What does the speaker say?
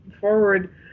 forward